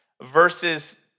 versus